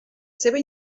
seva